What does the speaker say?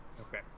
Okay